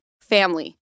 family